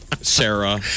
Sarah